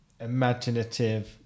imaginative